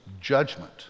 judgment